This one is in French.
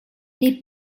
les